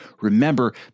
remember